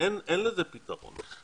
אין לזה פתרון.